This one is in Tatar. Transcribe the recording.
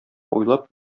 уйлап